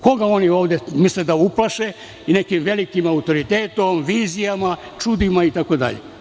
Koga oni ovde misle da uplaše nekim velikim autoritetom, vizijama, čudima itd.